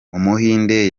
umuhinde